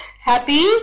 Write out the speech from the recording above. happy